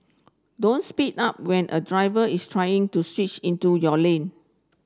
don't speed up when a driver is trying to switch into your lane